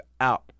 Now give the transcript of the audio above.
out